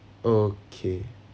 okay